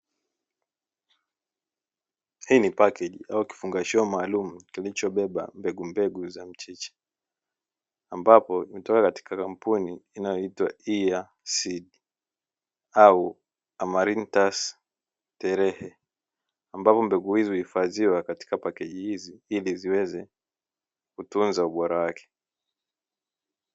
Hii ni pakeji au kifungashio maalumu kilichobeba mbegumbegu za mchicha, ambapo zimetoka katika kampuni inayoitwa "EASEED" au "AMARINTHUS TEREHE" ambapo mbegu hizi huifadhiwa katika pakeji hizi ili ziweza kutunza ubora wake.